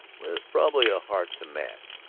with probably a heart to match,